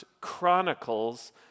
Chronicles